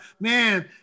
man